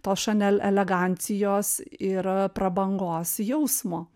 tos chanel elegancijos yra prabangos jausmo